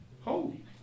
Holy